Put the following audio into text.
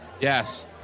Yes